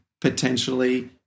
potentially